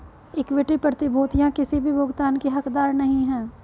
equity प्रतिभूतियां किसी भी भुगतान की हकदार नहीं हैं